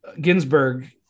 Ginsburg